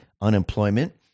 unemployment